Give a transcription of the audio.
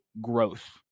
growth